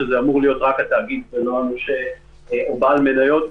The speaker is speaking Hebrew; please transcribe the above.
שזה אמור להיות רק התאגיד ולא הנושה או בעל מניות.